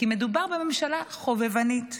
כי מדובר בממשלה חובבנית.